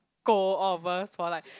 scold all of us for like